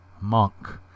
Monk